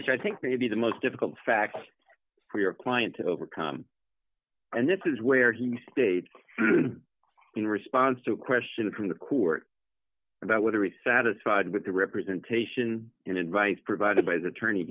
which i think may be the most difficult fact for your client to overcome and this is where he stayed in response to questions from the court about whether it's satisfied with the representation in advice provided by t